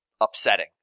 upsetting